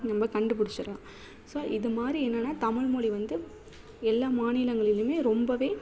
நம்ம கண்டுபிடிச்சிரலாம் ஸோ இது மாதிரி என்னென்னா தமிழ் மொழி வந்து எல்லா மாநிலங்களிலேயுமே ரொம்பவே